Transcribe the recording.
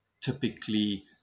typically